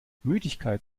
müdigkeit